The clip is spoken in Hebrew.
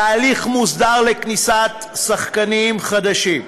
תהליך מוסדר לכניסת שחקנים חדשים.